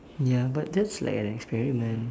ya but that's like an experiment